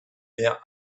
mehr